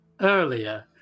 earlier